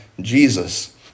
Jesus